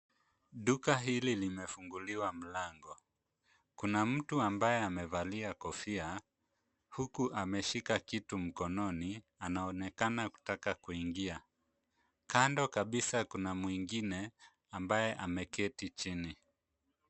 Duka hili limefunguliwa mlango. Kuna mtu ambaye amevalia kofia huku ameshika kitu mkononi anaonekana kutaka kuingia. Kando kabisa kuna mwingine ambaye ameketi chini.